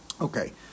Okay